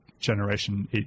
generation